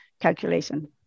calculation